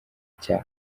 cya